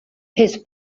his